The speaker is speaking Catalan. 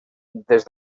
des